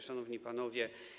Szanowni Panowie!